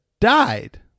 died